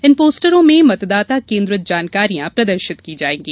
इन पोस्टरों में मतदाता केन्द्रित जानकारियां प्रदर्शित की जायेगी